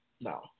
No